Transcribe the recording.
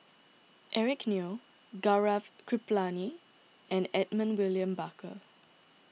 Eric Neo Gaurav Kripalani and Edmund William Barker